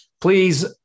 please